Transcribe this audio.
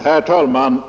Herr talman!